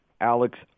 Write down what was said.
Alex